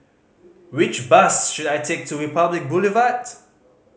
which bus should I take to Republic Boulevard